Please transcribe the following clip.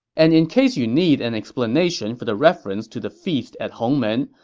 and in case you need an explanation for the reference to the feast at hongmen,